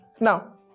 Now